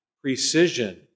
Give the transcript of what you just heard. precision